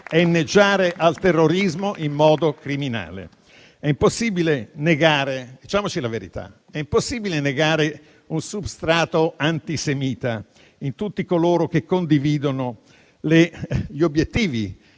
inneggiare al terrorismo in modo criminale. Diciamoci la verità: è impossibile negare un substrato antisemita in tutti coloro che condividono gli obiettivi